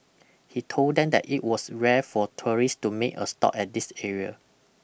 he told them that it was rare for tourist to make a stop at this area